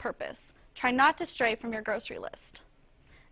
purpose try not to stray from your grocery list